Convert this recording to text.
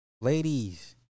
Ladies